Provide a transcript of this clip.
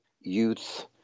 youth